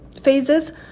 phases